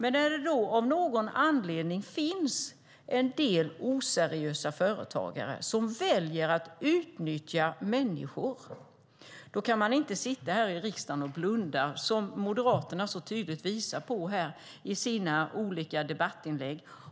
När det då av någon anledning finns en del oseriösa företagare som väljer att utnyttja människor kan man inte sitta här i riksdagen och blunda, som Moderaterna så tydligt visar att de gör i sina olika debattinlägg.